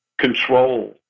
control